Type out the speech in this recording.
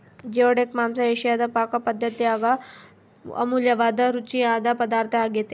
geoduck ಮಾಂಸ ಏಷಿಯಾದ ಪಾಕಪದ್ದತ್ಯಾಗ ಅಮೂಲ್ಯವಾದ ರುಚಿಯಾದ ಪದಾರ್ಥ ಆಗ್ಯೆತೆ